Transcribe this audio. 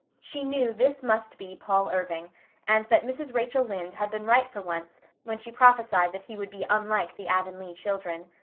she knew this must be paul irving and that mrs. rachel lynde had been right for once when she prophesied that he would be unlike the avonlea children.